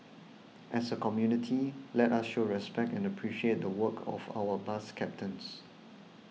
as a community let us show respect and appreciate the work of our bus captains